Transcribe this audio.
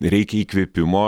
reikia įkvėpimo